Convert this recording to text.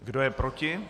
Kdo je proti?